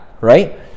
Right